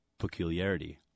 Peculiarity